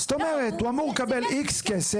זאת אומרת הוא אמור לקבל X כסף,